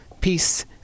peace